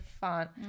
font